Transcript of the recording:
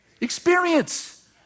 experience